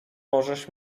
możesz